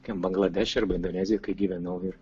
kokiam bangladeše arba indonezijoj kai gyvenau ir